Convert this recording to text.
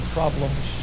problems